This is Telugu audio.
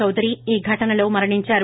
చౌదరి ఈ ఘటనలో మరణించారు